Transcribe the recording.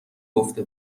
گفته